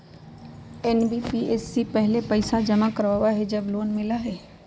NBFC पहले पईसा जमा करवहई जब लोन मिलहई?